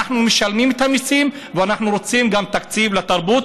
אנחנו משלמים את המיסים ואנחנו רוצים גם תקציב לתרבות,